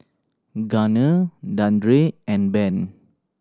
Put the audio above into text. Gunner Dandre and Ben